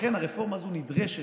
לכן הרפורמה הזאת נדרשת,